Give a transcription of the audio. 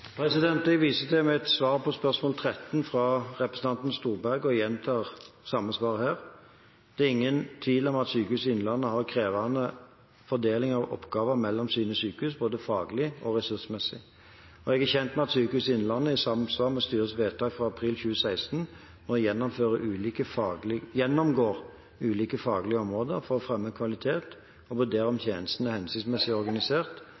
Jeg viser til mitt svar på spørsmål 13, fra representanten Storberget, og gjentar samme svar her: Det er ingen tvil om at Sykehuset Innlandet har en krevende fordeling av oppgaver mellom sine sykehus, både faglig og ressursmessig. Jeg er kjent med at Sykehuset Innlandet i samsvar med styrets vedtak fra april 2016 nå gjennomgår ulike faglige områder for å fremme kvalitet og vurdere om tjenestene er hensiktsmessig organisert,